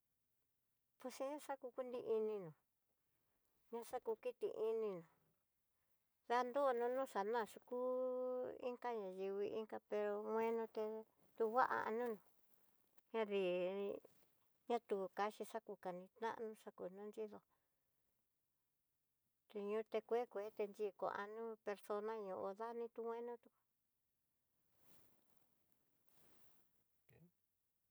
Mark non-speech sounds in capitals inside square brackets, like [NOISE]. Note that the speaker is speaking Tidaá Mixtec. Pues xexa ka kuni ininá, ña xa ku kiti ininá, danrono no xaná yukú, inka ña ño'o inka, pero menió té tu hua'a [HESITATION] nona ñanrí, ña tu kaxi xa kú kaníi naxnió kuña nrido'o, tiñoté kue kue ti xhikuano, persona ño'o dani tuena tú. [NOISE]